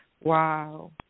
Wow